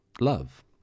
love